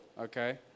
okay